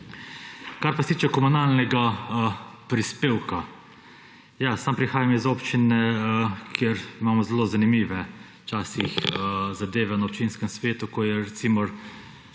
Kar pa se tiče komunalnega prispevka. Ja, sam prihajam iz občine, kjer imamo včasih zelo zanimive zadeve na občinskem svetu, ko je, recimo,